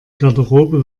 garderobe